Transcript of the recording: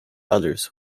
others